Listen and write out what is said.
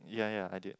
ya ya I did